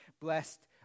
blessed